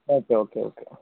okay okay okay oh